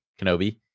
kenobi